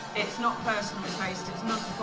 it's not personal taste, it's not